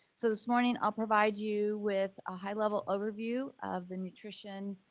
so this morning i'll provide you with a high-level overview of the nutrition